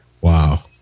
wow